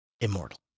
immortal